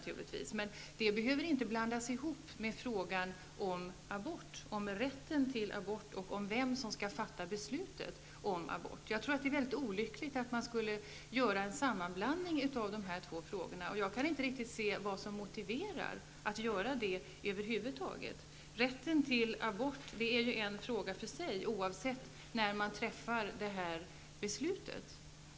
Men detta behöver inte blandas ihop med frågan om rätten till abort och vem som skall fatta beslut om abort. Det är väldigt olyckligt att blanda samman dessa två frågor. Jag kan inte se någon motivering till att över huvud taget göra en sådan sammanblandning. Rätten till abort är en fråga för sig, oavsett när man fattar beslutet.